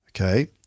Okay